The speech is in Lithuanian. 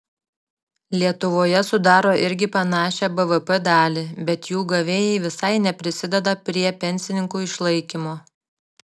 lietuvoje sudaro irgi panašią bvp dalį bet jų gavėjai visai neprisideda prie pensininkų išlaikymo